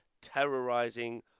terrorizing